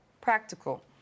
Practical